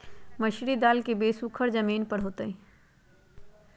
मसूरी दाल के बीज सुखर जमीन पर होतई?